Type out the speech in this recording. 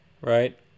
right